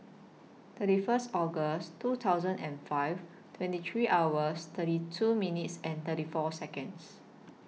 thirty First August two thousand and five twenty three hours thirty two minutes and thirty four Seconds